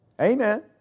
Amen